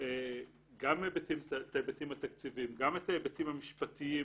גם את ההיבטים התקציביים, גם את ההיבטים המשפטיים.